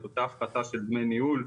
את אותה ההפחתה של דמי הניהול,